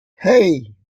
hey